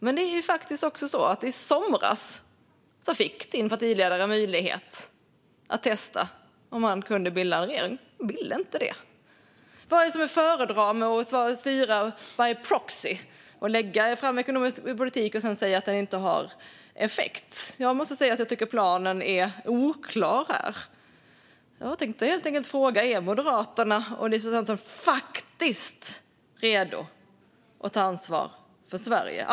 Men det är faktiskt så att i somras fick din partiledare möjlighet att testa om han kunde bilda en regering. Han ville inte det. Vad är det för fördel med att styra by proxy, att först lägga fram en ekonomisk politik och sedan säga att den inte har någon effekt? Jag måste säga att jag tycker att planen är oklar här. Jag måste helt enkelt fråga om ni moderater och Elisabeth Svantesson faktiskt är redo att ta ansvar för Sverige.